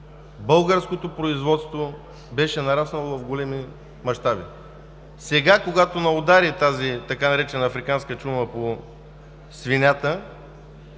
Българското производство беше нараснало в големи мащаби. Сега, когато ни удари тази така наречена африканска чума по свинята,